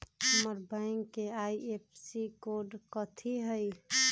हमर बैंक के IFSC code कथि हई?